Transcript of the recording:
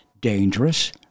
dangerous